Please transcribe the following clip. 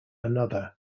another